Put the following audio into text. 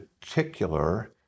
particular